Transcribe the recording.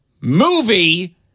movie